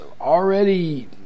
already